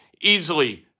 easily